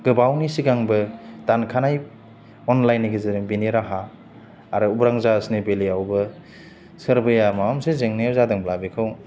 गोबावनि सिगांबो दानखानाय अनलाइननि गेजेरजों बेनि राहा आरो उरां जाहाजनि बेलायावबो सोरबाया माबा मोनसे जेंनायाव जादोंब्ला बेखौ